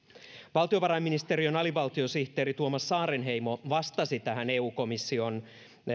valtiovarainministeriön alivaltiosihteeri tuomas saarenheimo vastasi tähän eu komission